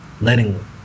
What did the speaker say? letting